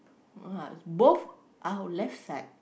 !wah! both our left side